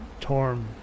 Torm